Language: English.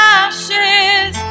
ashes